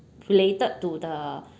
related to the